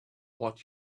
what